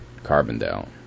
Carbondale